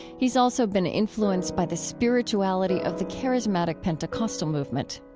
he's also been influenced by the spirituality of the charismatic pentecostal movement.